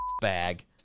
bag